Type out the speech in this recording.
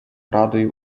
радою